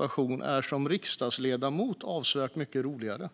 komma tillbaka och vara riksdagsledamot i en mindre stabil situation.